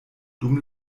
dum